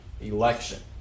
election